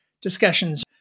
discussions